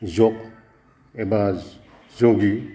योग एबा योगि